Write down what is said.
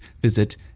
visit